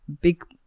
big